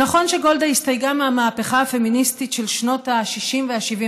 זה נכון שגולדה הסתייגה מהמהפכה הפמיניסטית של שנות ה-60 וה-70,